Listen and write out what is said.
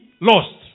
lost